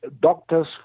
doctor's